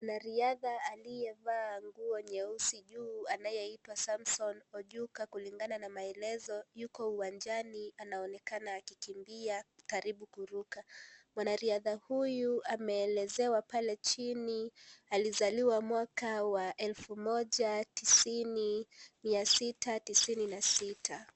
Mwanariadha aliyevaa nguo nyeusi juu anayeitwa Samson Ochuka kulingana na maelezo yuko uwanjani anaonekana akikimbia karibu kuruka. Mwanariadha huyu ameelezewa pale chini alizaliwa mwaka wa elfu moja tisini mia sita tisini na sita.